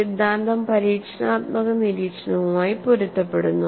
സിദ്ധാന്തം പരീക്ഷണാത്മക നിരീക്ഷണവുമായി പൊരുത്തപ്പെടുന്നു